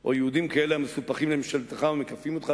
או יהודים כאלה המסופחים לממשלתך ומקיפים אותך,